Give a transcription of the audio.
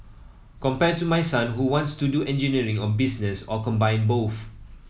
compare to my son who wants to do engineering or business or combine both